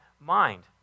mind